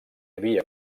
havia